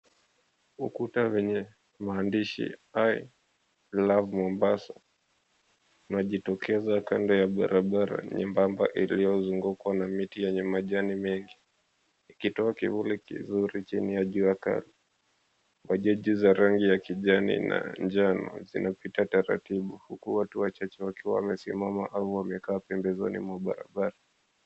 Ukuta lenye mahandishi, "I Love Mombasa," linajitokeza kando ya barabara nyembamba iliyozungukwa na miti yenye majani mengi likitoa kivuli kizuri chini ya jua kali. Wajaji za rangi ya kijani na njano zinapita taratibu huku watu wachache wakiwa wamesimama au wamekaa pembezoni mwa barabara.